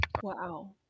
Wow